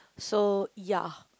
so ya